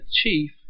chief